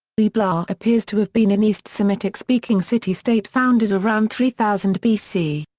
ebla appears to have been an east semitic speaking city-state founded around three thousand bc.